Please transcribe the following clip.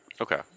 Okay